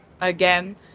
again